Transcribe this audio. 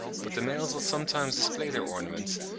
but the males will sometimes display their ornaments,